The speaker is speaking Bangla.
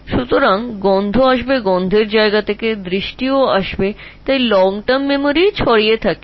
সুতরাং গন্ধটি গন্ধর জায়গা থেকে আসবে ভিশনটি ভিশন থেকে বেরিয়ে আসতে হবে সুতরাং এটি একটি বিস্তৃত দীর্ঘমেয়াদী মেমরি যা ছড়িয়ে আছে আবার associative ও হয়